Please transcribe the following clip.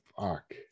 fuck